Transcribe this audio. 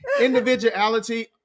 Individuality